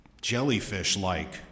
jellyfish-like